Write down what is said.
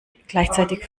gleichzeitig